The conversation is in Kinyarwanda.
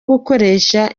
gukoresha